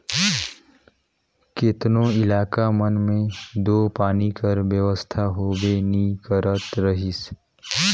केतनो इलाका मन मे दो पानी कर बेवस्था होबे नी करत रहिस